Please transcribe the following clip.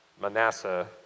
Manasseh